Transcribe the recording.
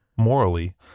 Morally